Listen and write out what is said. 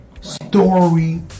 story